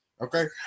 Okay